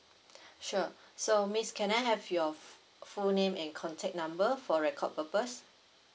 sure so miss can I have your full name and contact number for record purpose